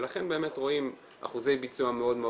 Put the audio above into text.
ולכן באמת רואים אחוזי ביצוע מאוד מאוד